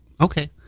Okay